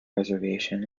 reservation